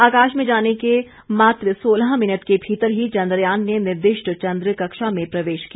आकाश में जाने के मात्र सोलह मिनट के भीतर ही चंद्रयान ने निर्दिष्ट चंद्र कक्षा में प्रवेश किया